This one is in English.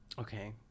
Okay